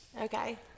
Okay